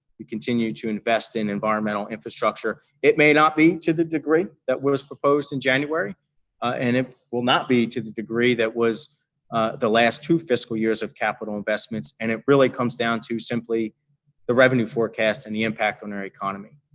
we continue to invest in environmental infrastructure. it may not be to the degree that was proposed in january and it will not be to the degree that was the last two fiscal years of capital investments and it really comes down to simply the revenue forecast and the impact on our economy.